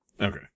Okay